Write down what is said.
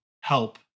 help